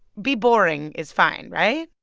be boring is fine, right?